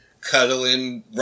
cuddling